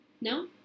No